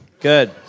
Good